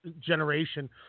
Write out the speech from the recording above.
generation